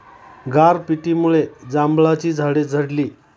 गारपिटीमुळे जांभळाची झाडे झडली